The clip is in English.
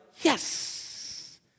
yes